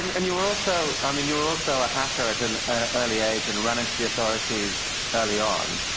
and and you were also i mean, you were also a hacker at an early age and ran into the authorities early on.